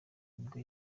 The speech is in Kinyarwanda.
nibwo